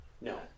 No